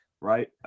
Right